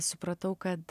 supratau kad